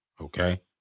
Okay